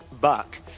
Buck